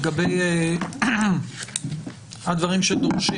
לגבי הדברים שדורשים